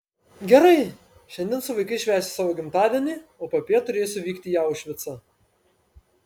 gerai šiandien su vaikais švęsiu savo gimtadienį o popiet turėsiu vykti į aušvicą